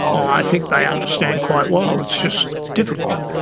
i think they understand quite well, it's just difficult,